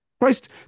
Christ